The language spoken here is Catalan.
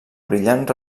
brillant